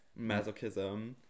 masochism